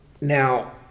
Now